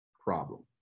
problem